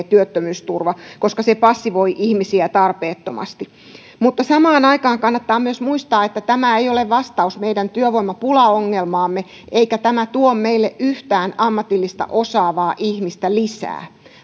työttömyysturva koska se passivoi ihmisiä tarpeettomasti mutta samaan aikaan kannattaa myös muistaa että tämä ei ole vastaus meidän työvoimapulaongelmaamme eikä tämä tuo meille yhtään ammatillisesti osaavaa ihmistä lisää